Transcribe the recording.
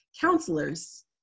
counselors